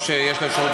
או שיש לי אפשרות,